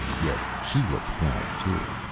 yet she looked proud, too.